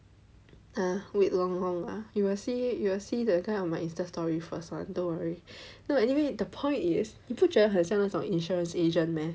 ah wait long long lah you will see you will see that kind of my Insta story first [one] don't worry anyway the point is you 你不觉得很像那种 insurance agent meh